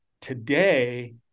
Today